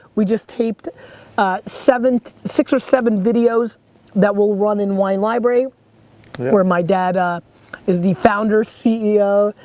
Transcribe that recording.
we just taped seven, six or seven videos that will run in wine library where my dad ah is the founder, ceo,